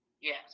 Yes